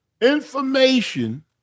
information